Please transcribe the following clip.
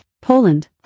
Poland